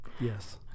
Yes